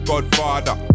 Godfather